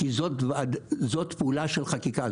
כי זאת פעולה של חקיקה,